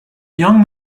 young